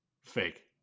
fake